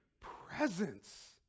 presence